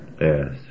Yes